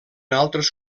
altres